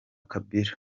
kabila